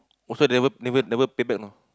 also never never never pay back no